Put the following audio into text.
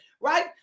right